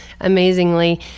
amazingly